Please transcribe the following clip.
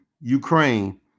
Ukraine